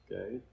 okay